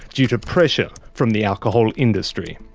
due to pressure from the alcohol industry.